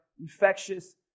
infectious